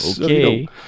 Okay